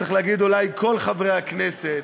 צריך להגיד אולי כל חברי הכנסת,